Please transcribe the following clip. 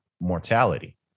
mortality